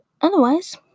Otherwise